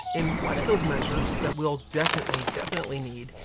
and one of those measures, that we'll definitely, definitely need,